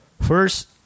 First